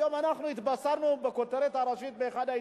היום התבשרנו בכותרת הראשית באחד העיתונים,